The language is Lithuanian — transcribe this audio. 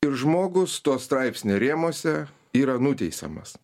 ir žmogus to straipsnio rėmuose yra nuteisiamas